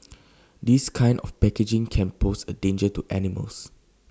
this kind of packaging can pose A danger to animals